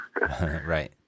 right